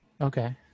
Okay